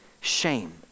shame